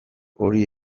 hori